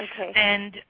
Okay